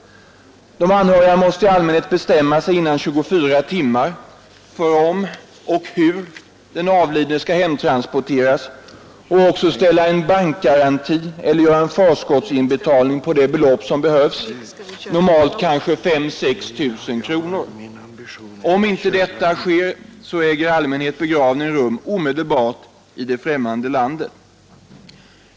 De anhöriga måste i allmänhet bestämma sig inom 24 timmar för om och hur den avlidne skall hemtransporteras och också ställa en bankgaranti eller göra en förskottsinbetalning på det belopp som behövs, normalt kanske 5 000—6 000 kronor. Om inte detta sker äger i allmänhet begravning rum omedelbart i det främmande landet.